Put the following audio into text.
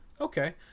Okay